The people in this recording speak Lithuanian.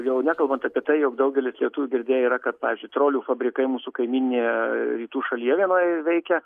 jau nekalbant apie tai jog daugelis lietuvių girdėję yra kad pavyzdžiui trolių fabrikai mūsų kaimyninėje rytų šalyje vienoje veikia